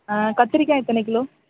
ஆ கத்திரிக்காய் எத்தனை கிலோ